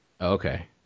Okay